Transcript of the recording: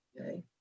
okay